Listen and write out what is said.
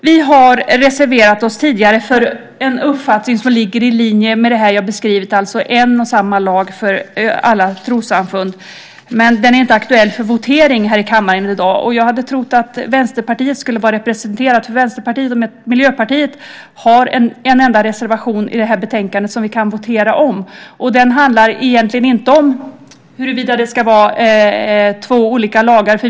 Vi har reserverat oss tidigare för en uppfattning som ligger i linje med det jag har beskrivit, alltså en och samma lag för alla trossamfund. Men den är inte aktuell för votering i kammaren i dag. Jag hade trott att Vänsterpartiet skulle vara representerat i debatten, för Vänsterpartiet och Miljöpartiet har en enda reservation i betänkandet som vi kan votera om. Den handlar egentligen inte om huruvida det ska vara två olika lagar.